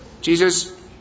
Jesus